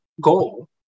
goal